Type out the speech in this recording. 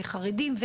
חרדים.